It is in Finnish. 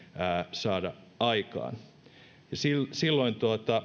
saada aikaan ja silloin